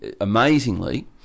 amazingly